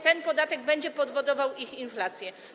Ten podatek będzie powodował inflację.